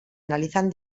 analizan